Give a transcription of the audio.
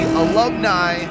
alumni